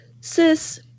sis